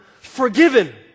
forgiven